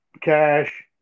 cash